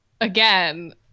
again